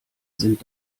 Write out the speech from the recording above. sind